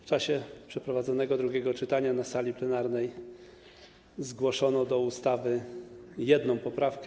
W czasie przeprowadzonego drugiego czytania na sali plenarnej zgłoszono do ustawy jedną poprawkę.